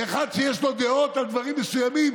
ואחד שיש לו דעות על דברים מסוימים,